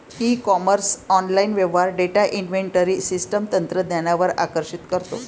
E commerce online व्यवहार data inventory system तंत्रज्ञानावर आकर्षित करतो